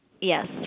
Yes